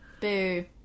Boo